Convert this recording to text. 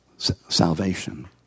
Salvation